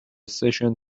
session